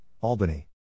Albany